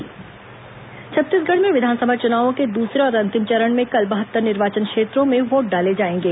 संगवारी मतदान केंद्र छत्तीसगढ़ में विधानसभा चुनावों के दूसरे और अंतिम चरण में कल बहत्तर निर्वाचन क्षेत्रों में वोट डाले जाएंगे